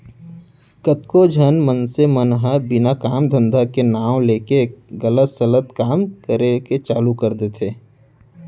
कतको झन मनसे मन ह बिना काम धंधा के नांव लेके गलत सलत काम करे के चालू कर देथे